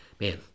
man